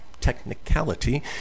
Technicality